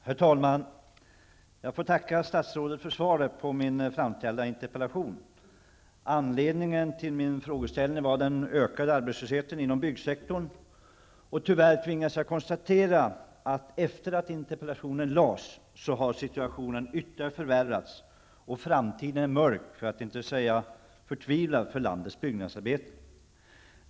Herr talman! Jag får tacka statsrådet för svaret på min framställda interpellation. Anledningen till min frågeställning var den ökade arbetslösheten inom byggsektorn. Tyvärr tvingas jag konstatera att situationen har förvärrats ytterligare efter det att interpellationen framställdes. Framtiden är mörk, för att inte säga förtvivlad för landets byggnadsarbetare.